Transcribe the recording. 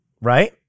right